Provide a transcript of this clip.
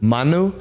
Manu